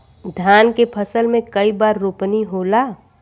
धान के फसल मे कई बार रोपनी होला?